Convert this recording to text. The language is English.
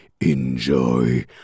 enjoy